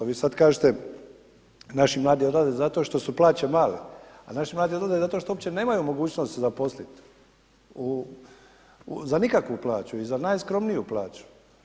Vi sada kažete naši mladi odlaze zato što su plaće male, a naši mladi odlaze zato što uopće nemaju mogućnost se zaposliti za nikakvu plaću i za najskromniju plaću.